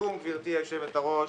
לסיכום גברתי יושבת הראש,